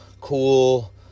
cool